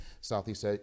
Southeast